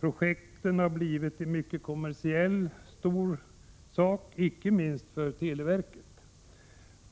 Projekten har blivit mycket kommersiella inte minst för televerket.